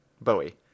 Bowie